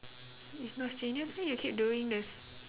it's no strangest way you keep doing this